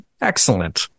Excellent